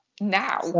now